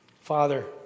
Father